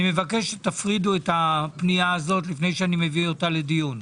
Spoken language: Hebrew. מבקש שתפרידו את הפנייה הזו לפני שאני מביא אותה לדיון.